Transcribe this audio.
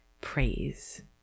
praise